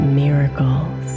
miracles